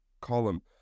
column